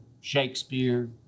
Shakespeare